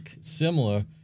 similar